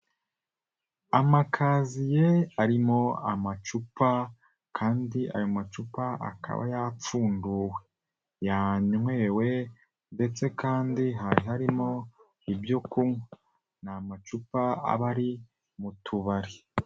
Amakaziye arimo amacupa kandi ayo macupa akaba yapfunduwe, yanywewe ndetse kandi hari harimo ibyo kunywa, ni amacupa aba ari mu tubari.